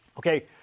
Okay